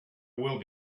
will